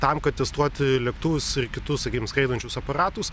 tam kad testuoti lėktuvus ir kitus sakykim skraidančius aparatus